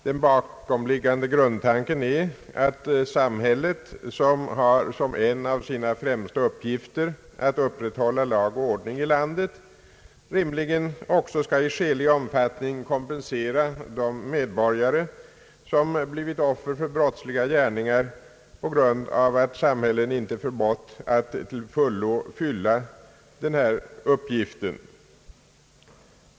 Den bakomliggande grundtanken är att samhället, som har som en av sina främsta uppgifter att upprätthålla lag och ordning i landet, rimligen också skall i skälig omfattning kompensera de medborgare, som blivit offer för brottsliga gärningar på grund av att samhället inte förmått att till fullo fylla denna uppgift.